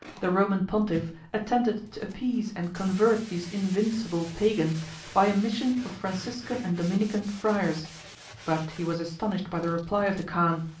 the roman pontiff attempted to appease and convert these invincible pagans by a mission of franciscan and dominican friars but he was astonished by the reply of the khan,